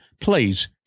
please